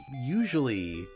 usually